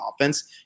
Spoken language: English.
offense